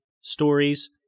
stories